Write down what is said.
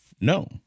No